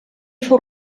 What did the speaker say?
fou